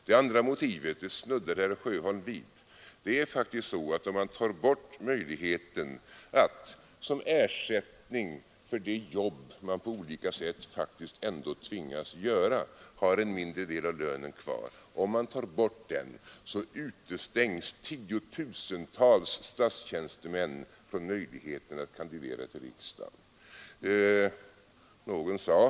Det andra motivet snuddade herr Sjöholm vid. Om man tar bort möjligheten att såsom ersättning för det jobb man på olika sätt faktiskt ändå tvingas göra ha en mindre del av lönen kvar, utestängs tiotusentals statstjänstemän från möjligheten att kandidera till riksdagen.